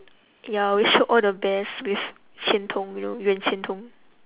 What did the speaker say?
ya we show all the best with qian-tong you know yuan-qian-tong